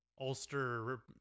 Ulster